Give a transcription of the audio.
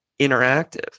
interactive